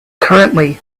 currently